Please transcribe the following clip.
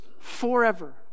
forever